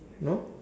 no